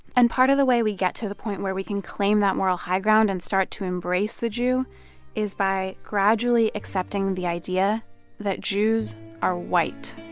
and part of the way we get to the point where we can claim that moral high ground and start to embrace the jew is by gradually accepting the idea that jews are white